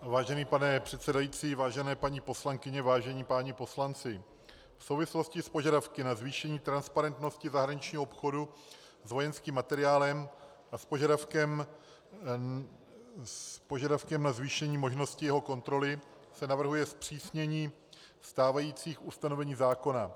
Vážený pane předsedající, vážené paní poslankyně, vážení páni poslanci, v souvislosti s požadavky na zvýšení transparentnosti zahraničního obchodu s vojenským materiálem a s požadavkem na zvýšení možnosti jeho kontroly se navrhuje zpřísnění stávajících ustanovení zákona.